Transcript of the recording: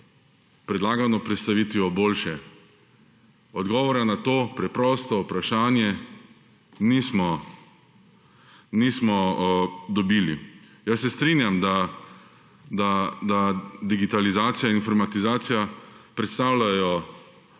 predlagano prestavitvijo bolje. Odgovora na to preprosto vprašanje nismo dobili. Jaz se strinjam, da digitalizacija in informatizacija predstavljata